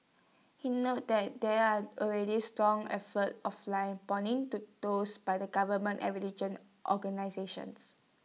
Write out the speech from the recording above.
he noted that there are already strong efforts offline pointing to those by the government and religion organisations